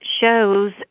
shows